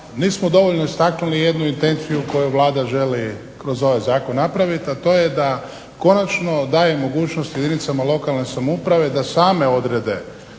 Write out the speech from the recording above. nismo dovoljno istaknuli jednu intenciju koju Vlada želi kroz ovaj Zakon napraviti, a to je da konačno daje mogućnost jedinicama lokalne samouprave da same odrede